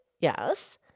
Yes